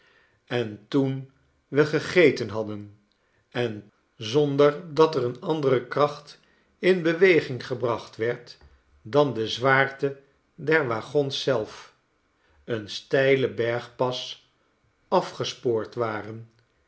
en toen we gegeten hadden en zonder dat er een andere kracht in beweging gebracht werd dan de zwaarte der waggons zelf een steilen bergpas afgespoord waren